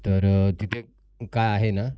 तर तिथे काय आहे ना